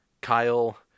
Kyle